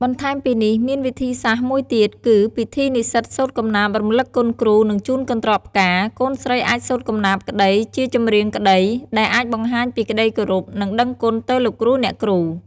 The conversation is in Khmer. បន្ថែមពីនេះមានវិធីសាស្រ្តមួយទៀតគឺពិធីនិស្សិតសូត្រកំណាព្យរំលឹកគុណគ្រូ និងជូនកន្រ្តកផ្កា កូនស្រីអាចសូត្រកំណាព្យក្តីជាចម្រៀនក្តីដែលអាចបង្ហាញពីក្តីគោរព និងដឹងគុណទៅលោកគ្រូ អ្នកគ្រូ។